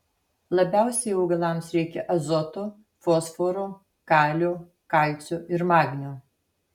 labiausiai augalams reikia azoto fosforo kalio kalcio ir magnio